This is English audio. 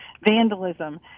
vandalism